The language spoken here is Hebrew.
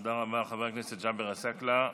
תודה רבה, חבר הכנסת ג'אבר עסאקלה.